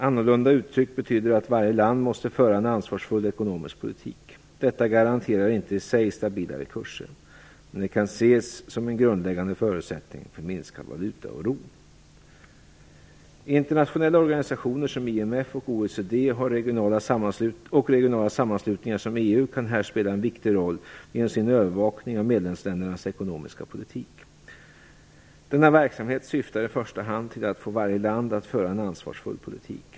Annorlunda uttryckt betyder det att varje land måste föra en ansvarsfull ekonomisk politik. Detta garanterar inte i sig stabilare kurser, men det kan ses som en grundläggande förutsättning för minskad valutaoro. och regionala sammanslutningar som EU kan här spela en viktig roll genom sin övervakning av medlemsländernas ekonomiska politik. Denna verksamhet syftar i första hand till att få varje land att föra en ansvarsfull politik.